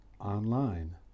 online